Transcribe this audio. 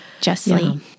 justly